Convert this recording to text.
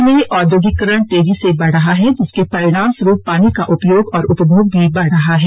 विश्व में औद्योगिकरण तेजी से बढ़ रहा है जिसके परिणाम स्वरूप पानी का उपयोग और उपभोग भी बढ़ रहा है